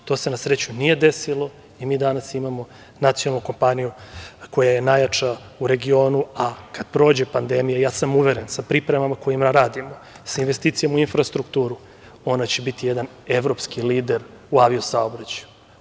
To se na sreću nije desilo i mi danas imamo nacionalnu kompaniju koja je najjača u regionu, a kada prođe pandemija, uveren sam, sa pripremama na kojima radimo, sa investicijama u infrastrukturu, ona će biti jedan evropski lider u avio saobraćaju.